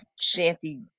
shanty